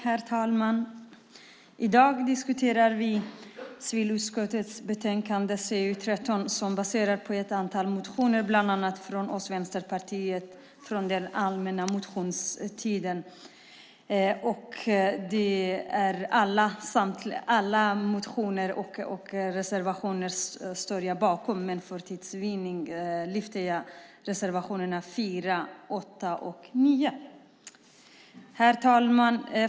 Herr talman! I dag diskuterar vi civilutskottets betänkande CU13 som baseras på ett antal motioner bland annat från oss i Vänsterpartiet från den allmänna motionstiden. Jag står bakom alla motioner och reservationer, men för tids vinnande lyfter jag fram reservationerna 4, 8 och 9. Herr talman!